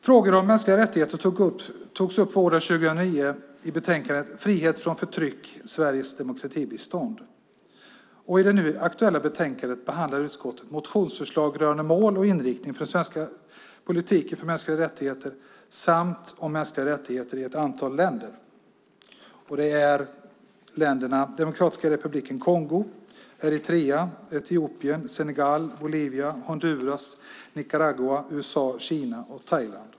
Frågor om mänskliga rättigheter togs upp våren 2009 i betänkandet Frihet från förtryck - Sveriges demokratibistånd . Och i det nu aktuella betänkandet behandlar utskottet motionsförslag rörande mål och inriktning för den svenska politiken för mänskliga rättigheter samt mänskliga rättigheter i ett antal länder. Länderna är Demokratiska republiken Kongo, Eritrea, Etiopien, Senegal, Bolivia, Honduras, Nicaragua, USA, Kina och Thailand.